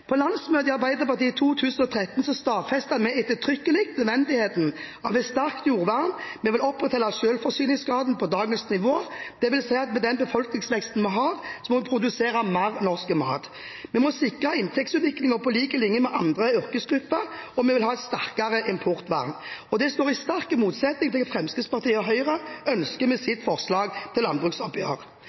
På landsmøtet i Arbeiderpartiet i 2013 stadfestet vi ettertrykkelig nødvendigheten av et sterkt jordvern. Vi vil opprettholde selvforsyningsgraden på dagens nivå – det vil si at med den befolkningsveksten vi har, må vi produsere mer norsk mat. Vi må sikre inntektsutviklingen på lik linje med andre yrkesgrupper, og vi vil ha et sterkere importvern. Det står i sterk motsetning til det Fremskrittspartiet og Høyre ønsker med sitt forslag til landbruksoppgjør.